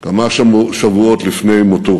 כמה שבועות לפני מותו,